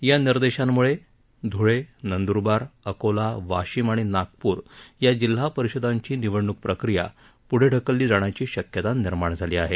या निर्देशांमुळे धूळे नंद्रबार अकोलावाशिम आणि नागपूर या जिल्हा परिषदांची निवडणूक प्रक्रीया पुढे ढकलली जाण्याची शक्यता निर्माण झाली आहे